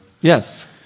yes